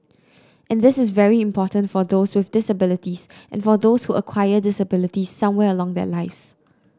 and this is very important for those with disabilities and for those who acquire disabilities somewhere along their lives